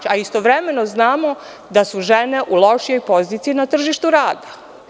Istovremeno znamo da su žene u lošijoj poziciji na tržištu rada.